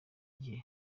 igihe